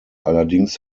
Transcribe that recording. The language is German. allerdings